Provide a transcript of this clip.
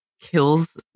kills